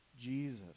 Jesus